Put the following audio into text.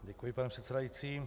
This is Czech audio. Děkuji, pane předsedající.